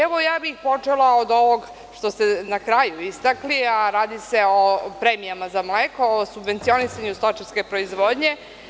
Evo, ja bih počela od ovog što ste na kraju istakli, a radi se o premijama za mleko, o subvencionisanju stočarske proizvodnje.